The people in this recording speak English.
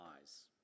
eyes